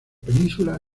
península